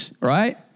right